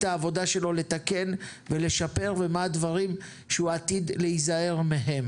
העבודה שלו לתקן ולשפר ומה הדברים שהוא עתיד להיזהר מהם.